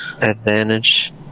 Advantage